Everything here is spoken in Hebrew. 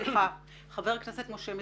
חבר הכנסת משה מזרחי,